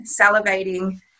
salivating